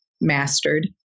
mastered